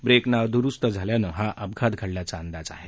break नादुरुस्त झाल्यानं हा अपघात घडल्याचा अंदाज आहे